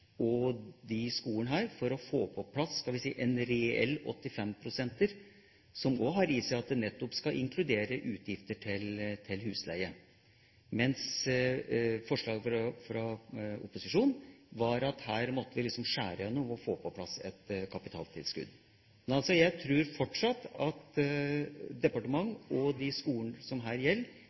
og disse skolene for å få på plass en reell 85 pst., som også har i seg at det skal inkludere utgifter til husleie, var forslaget fra opposisjonen at her måtte vi skjære igjennom og få på plass et kapitaltilskudd. Jeg tror fortsatt at departementet og de skolene det her gjelder,